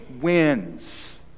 wins